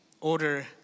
order